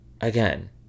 again